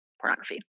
pornography